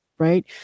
Right